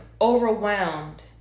overwhelmed